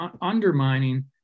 undermining